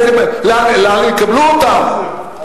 לאן יקבלו אותם?